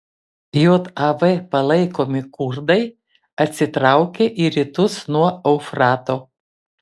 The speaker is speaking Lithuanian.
jav palaikomi kurdai atsitraukė į rytus nuo eufrato